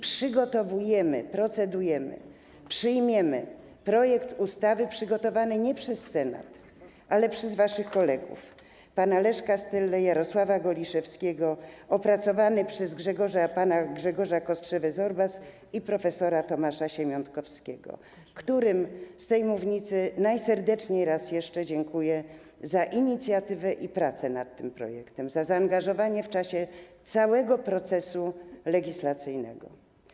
Przygotowujemy, procedujemy i przyjmiemy projekt ustawy przygotowany nie przez Senat, ale przez waszych kolegów: pana Leszka Stalla, Jarosława Goliszewskiego, opracowany przez pana Grzegorza Kostrzewę-Zorbasa i prof. Tomasza Siemiątkowskiego, którym z tej mównicy najserdeczniej raz jeszcze dziękuję za inicjatywę i pracę nad tym projektem, za zaangażowanie w czasie całego procesu legislacyjnego.